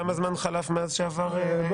כמה זמן חלף מאז שעבר בחוק לביטול ההתנתקות מחומש?